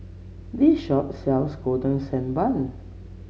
this shop sells Golden Sand Bun